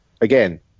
again